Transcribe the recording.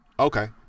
Okay